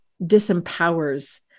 disempowers